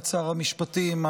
שר המשפטים,